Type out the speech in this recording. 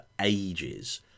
ages